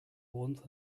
warmth